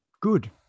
good